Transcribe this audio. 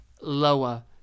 lower